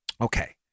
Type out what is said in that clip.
okay